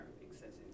excessive